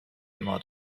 modo